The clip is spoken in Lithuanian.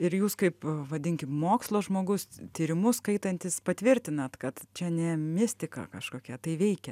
ir jūs kaip vadinkim mokslo žmogus tyrimus skaitantis patvirtinat kad čia ne mistika kažkokia tai veikia